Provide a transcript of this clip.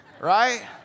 right